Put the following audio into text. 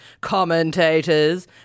commentators